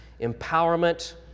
empowerment